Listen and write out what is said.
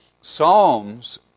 Psalms